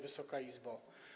Wysoka Izbo!